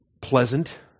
pleasant